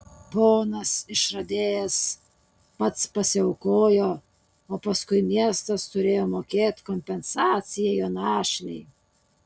ponas išradėjas pats pasiaukojo o paskui miestas turėjo mokėt kompensaciją jo našlei